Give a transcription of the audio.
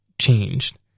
changed